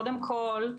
קודם כול,